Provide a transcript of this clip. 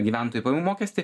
gyventojų pajamų mokestį